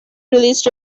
released